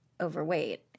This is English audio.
overweight